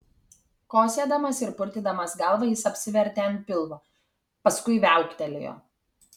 kosėdamas ir purtydamas galvą jis apsivertė ant pilvo paskui viauktelėjo